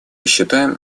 считаем